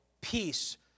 peace